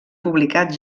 publicat